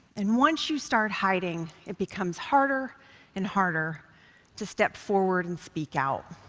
and once you start hiding, it becomes harder and harder to step forward and speak out.